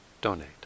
donate